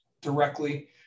directly